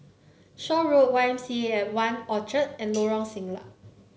Shaw Road Y M C A One Orchard and Lorong Siglap